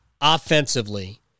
offensively